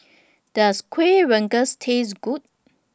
Does Kuih Rengas Taste Good